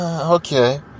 okay